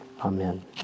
Amen